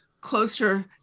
closer